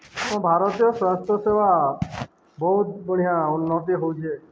ଆମ ଭାରତୀୟ ସ୍ୱାସ୍ଥ୍ୟସେବା ବହୁତ୍ ବଢ଼ିଆ ଉନ୍ନତି ହଉଚେ